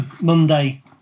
Monday